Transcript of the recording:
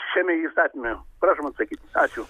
šiame įstatyme prašom atsakyt ačiū